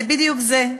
זה בדיוק זה.